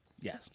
Yes